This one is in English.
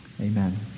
Amen